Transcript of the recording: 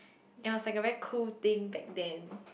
it was like a really cool thing back then